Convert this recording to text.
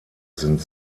sind